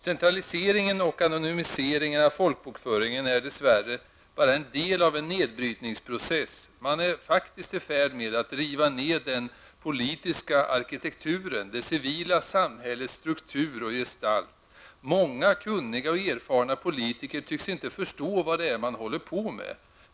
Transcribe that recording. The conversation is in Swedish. Centraliseringen och anonymiseringen av folkbokföringen är dess värre bara en del av en nedbrytningsprocess. Man är i färd med att riva ned den politiska arktiekturen, det civila samhällets struktur och gestalt. Många kunniga och erfarna politiker tycks inte förstå vad det är man håller på med.